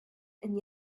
and